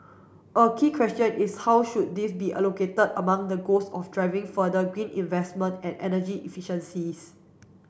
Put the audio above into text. a key question is how should these be allocated among the goals of driving further green investment and energy efficiencies